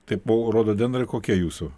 taip o rododendrai kokie jūsų